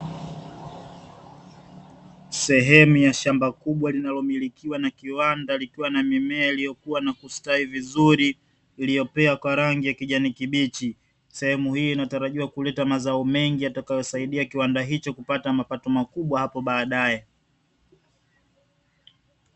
Sehemu ya shamba kubwa linalomilikiwa na kiwanda likiwa na mimea iliyokua na kustawi vizuri, iliyopea kwa rangi ya kijani kibichi. Sehemu hii inatarajiwa kuleta mazao mengi, yatakayosaidia kiwanda hicho kupata mapato makubwa hapo baadae.